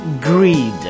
Greed